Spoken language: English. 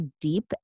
deep